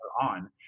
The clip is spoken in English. on